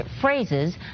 phrases